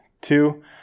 two